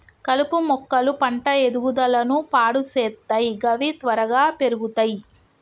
కలుపు మొక్కలు పంట ఎదుగుదలను పాడు సేత్తయ్ గవి త్వరగా పెర్గుతయ్